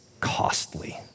costly